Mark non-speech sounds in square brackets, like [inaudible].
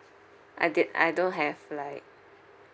[breath] I did I don't have like